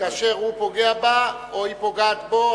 וכאשר הוא פוגע בה או היא פוגעת בו,